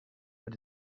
but